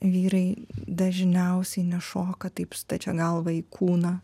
vyrai dažniausiai nešoka taip stačia galva į kūną